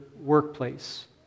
workplace